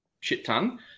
shit-ton